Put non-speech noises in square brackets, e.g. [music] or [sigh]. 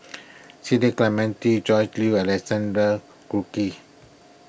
City Clementi [unintelligible] Jue and Alexander Guthrie